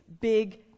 Big